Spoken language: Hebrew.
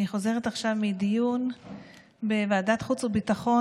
אני חוזרת עכשיו מדיון בוועדת חוץ וביטחון